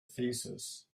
thesis